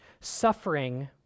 Suffering